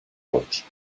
deutsch